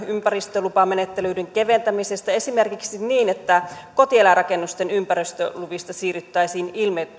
ympäristölupamenettelyiden keventämisestä esimerkiksi niin että kotieläinrakennusten ympäristöluvista siirryttäisiin